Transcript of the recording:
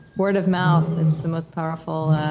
word of mouth, it's the most powerful